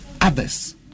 Others